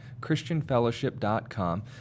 christianfellowship.com